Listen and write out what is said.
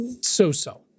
so-so